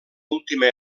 última